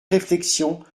réflexion